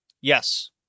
Yes